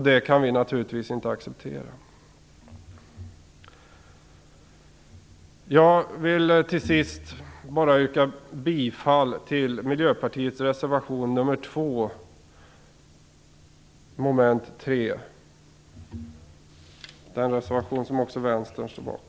Det kan vi naturligtvis inte acceptera. Jag vill till sist bara yrka bifall till Miljöpartiets reservation nr 2 under mom. 3. Det är en reservation som också Vänstern står bakom.